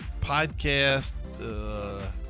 podcast